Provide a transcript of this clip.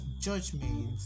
judgment